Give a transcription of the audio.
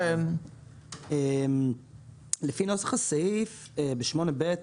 לפי נוסח הסעיף ב-8(ב),